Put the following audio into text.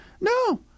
No